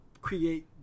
create